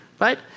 Right